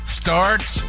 starts